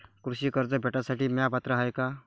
कृषी कर्ज भेटासाठी म्या पात्र हाय का?